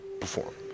perform